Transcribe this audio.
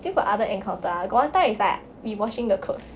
still got other encounter ah got one time is like we washing the clothes